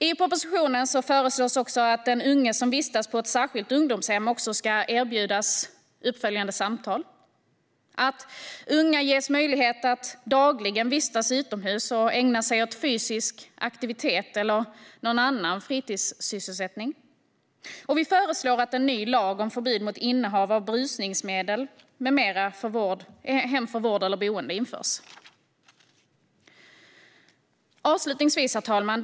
I propositionen föreslås också att den unga som vistas på ett särskilt ungdomshem ska erbjudas uppföljande samtal och att unga ges möjlighet att dagligen vistas utomhus och ägna sig åt fysisk aktivitet eller någon annan fritidssysselsättning. Vi föreslår också att en ny lag om förbud mot innehav av berusningsmedel med mera på hem för vård eller boende införs. Herr talman!